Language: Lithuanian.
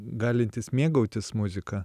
galintis mėgautis muzika